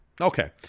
Okay